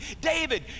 David